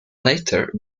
later